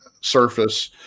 surface